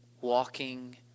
walking